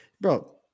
bro